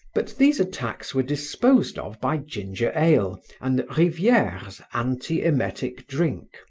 but these attacks were disposed of by ginger ale and rivieres' antiemetic drink.